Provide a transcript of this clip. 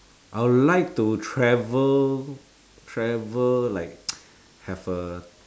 I would like to travel travel like have a